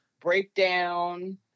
Breakdown